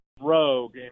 rogue